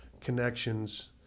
connections